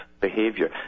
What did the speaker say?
behavior